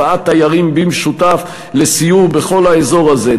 הבאת תיירים במשותף לסיור בכל האזור הזה,